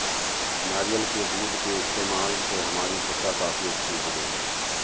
नारियल के दूध के इस्तेमाल से हमारी त्वचा काफी अच्छी हो गई है